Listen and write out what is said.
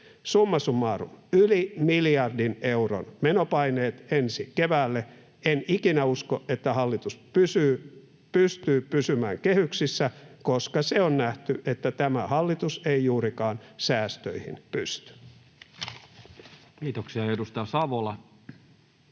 Summa summarum: yli miljardin euron menopaineet ensi keväälle. En ikinä usko, että hallitus pystyy pysymään kehyksissä, koska on nähty, että tämä hallitus ei juurikaan säästöihin pysty. Kiitoksia. — Edustaja Savola